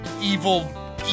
evil